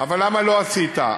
אבל למה לא עשית?